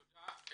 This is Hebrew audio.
תודה.